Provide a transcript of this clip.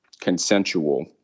consensual